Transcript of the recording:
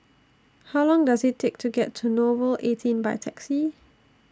How Long Does IT Take to get to Nouvel eighteen By Taxi